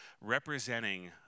representing